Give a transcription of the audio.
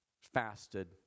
fasted